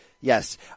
yes